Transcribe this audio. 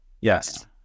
Yes